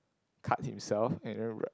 cut himself and then wrap